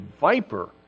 viper